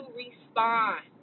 respond